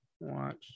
Watch